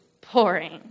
pouring